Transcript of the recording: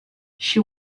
she